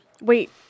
Wait